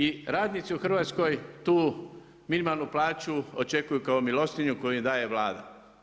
I radnici u Hrvatskoj tu minimalnu plaću očekuju kao milostinju koju im daje Vlada.